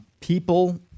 People